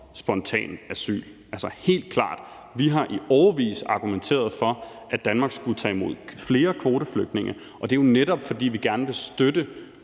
spontant asyl. Altså, det er helt klart. Vi har i årevis argumenteret for, at Danmark skulle tage imod flere kvoteflygtninge, og det er jo netop, fordi vi gerne vil støtte